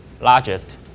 largest